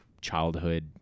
childhood